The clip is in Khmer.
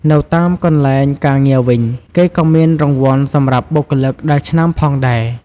នៅតាមកន្លែងការងារវិញ គេក៏មានរង្វាន់សម្រាប់បុគ្គលិកដែលឆ្នើមផងដែរ។